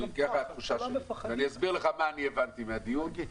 אני אסביר לך מה הבנתי מהדיון,